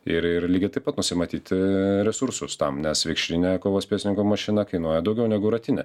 ir ir lygiai taip pat nusimatyti resursus tam nes vikšrinė kovos pensininko mašina kainuoja daugiau negu ratinė